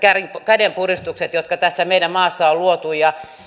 kädenpuristuksista jotka tässä meidän maassa on on luotu